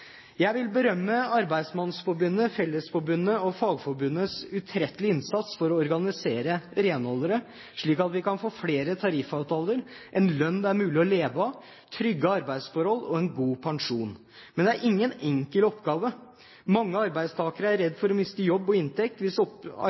Jeg vil berømme Norsk Arbeidsmandsforbunds, Fellesforbundets og Fagforbundets utrettelige innsats for å organisere renholdere slik at vi kan få flere tariffavtaler, en lønn det er mulig å leve av, trygge arbeidsforhold og en god pensjon. Men det er ingen enkel oppgave. Mange arbeidstakere er redd for å miste jobb og inntekt hvis